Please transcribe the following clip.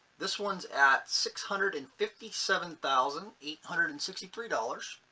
this one's at six hundred and fifty seven thousand eight hundred and sixty three dollars.